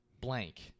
blank